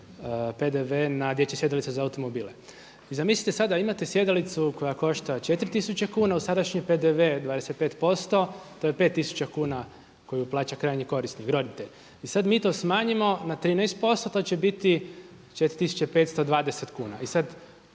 na dječje sjedalice za automobile. I zamislite sada, imate sjedalicu koja košta 4000 kuna, uz sadašnji PDV 25%, to je 5000 kuna koju plaća krajnji korisnik, roditelj i sada mi to smanjimo na 13%, to će biti 4520 kuna.